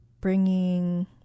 bringing